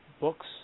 books